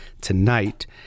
tonight